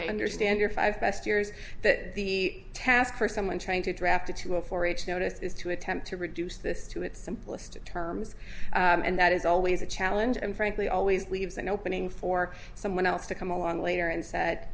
understand your five best years that the task for someone trying to draft a two a four h notice is to attempt to reduce this to its simplest terms and that is always a challenge and frankly always leaves an opening for someone else to come along later and said